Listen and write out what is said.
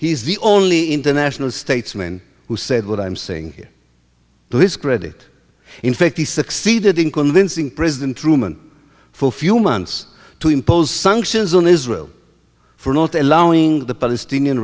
is the only international statesman who said what i'm saying here to this credit in fact he succeeded in convincing president truman for a few months to impose sanctions on israel for not allowing the palestinian